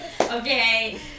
Okay